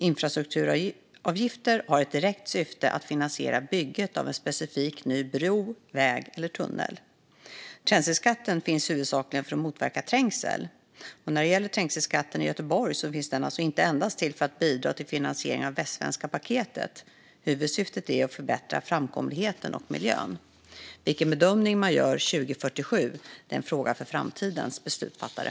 Infrastrukturavgifter har ett direkt syfte att finansiera bygget av en specifik ny bro, väg eller tunnel. Trängselskatten finns huvudsakligen för att motverka trängsel. När det gäller trängselskatten i Göteborg finns den alltså inte endast för att bidra till finansieringen av Västsvenska paketet. Huvudsyftet är att förbättra framkomligheten och miljön. Vilken bedömning man gör 2047 är en fråga för framtidens beslutsfattare.